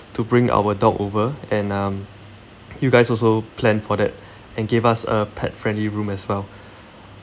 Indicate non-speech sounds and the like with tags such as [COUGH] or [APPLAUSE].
to bring our dog over and um you guys also planned for that [BREATH] and gave us a pet friendly room as well [BREATH]